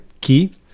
key